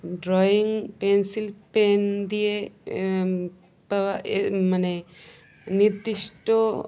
drawing pencil pen দিয়ে পাওয়া মানে নির্দিষ্ট